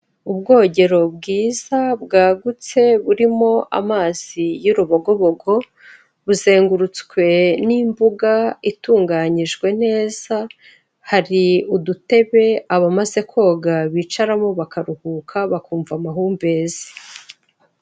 Ubwogero bwiza bwagutse burimo amazi y'urubogobogo buzengurutswe n'imbuga itunganyijwe neza, hari udutebe abamaze koga bicaramo bakaruhuka bakumva amahumbezi.